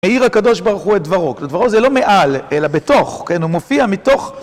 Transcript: מאיר הקדוש ברכו את דברו, ודברו זה לא מעל, אלא בתוך, כן, הוא מופיע מתוך.